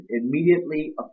immediately